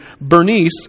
Bernice